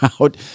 out